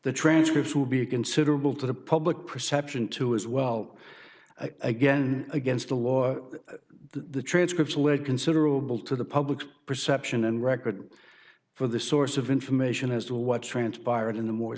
the transcript would be considerable to the public perception to as well again against the war the transcripts were considerable to the public's perception and record for the source of information as to what transpired in the moore